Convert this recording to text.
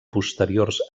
posteriors